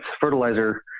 fertilizer